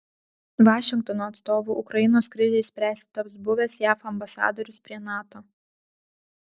vašingtono atstovu ukrainos krizei spręsti taps buvęs jav ambasadorius prie nato